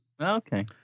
Okay